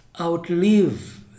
outlive